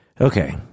Okay